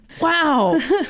Wow